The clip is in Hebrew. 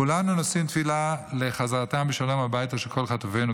כולנו נושאים תפילה לחזרתם בשלום הביתה של כל חטופינו,